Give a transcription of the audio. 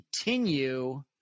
continue